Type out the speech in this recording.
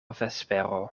vespero